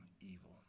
evil